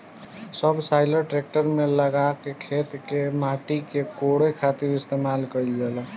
subsoiler tractor में लगा के खेत के माटी के कोड़े खातिर इस्तेमाल कईल जाला